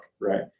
right